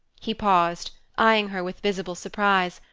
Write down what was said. he paused, eyeing her with visible surprise,